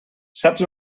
saps